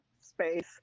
space